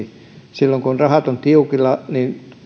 silloin kun rahat ovat tiukilla